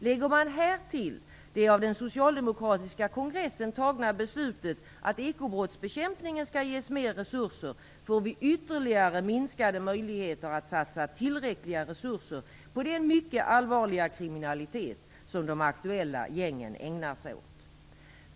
Lägger man härtill det av den socialdemokratiska kongressen fattade beslutet att ekobrottsbekämpningen skall ges mer resurser, får vi ytterligare minskade möjligheter att satsa tillräckliga resurser på den mycket allvarliga kriminalitet som de aktuella gängen ägnar sig åt.